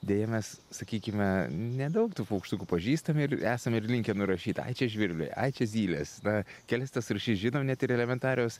deja mes sakykime nedaug tų paukštukų pažįstame ir esame ir linkę nurašyt ai čia žvirbliai ai čia zylės na kelias tas rūšis žinom net ir elementarios